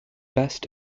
best